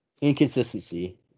Inconsistency